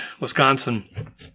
Wisconsin